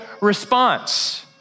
response